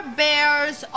bears